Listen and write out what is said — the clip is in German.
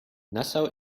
nassau